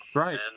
right. and